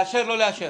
לאשר או לא לאשר?